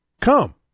come